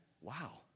wow